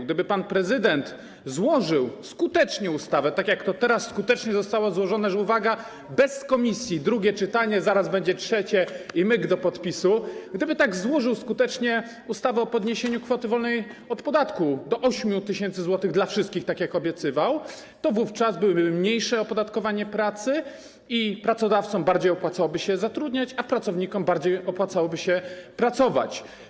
Gdyby pan prezydent złożył skutecznie, tak jak to teraz skutecznie zostało złożone, że - uwaga - bez komisji drugie czytanie, zaraz będzie trzecie i myk do podpisu, ustawę dotyczącą podniesienia kwoty wolnej od podatku do 8 tys. zł dla wszystkich, tak jak obiecywał, to wówczas byłoby mniejsze opodatkowanie pracy i pracodawcom bardziej opłacałoby się zatrudniać, a pracownikom bardziej opłacałoby się pracować.